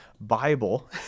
Bible